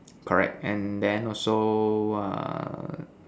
correct and then also err